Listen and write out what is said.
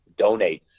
donates